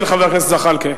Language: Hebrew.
כן, חבר הכנסת זחאלקה.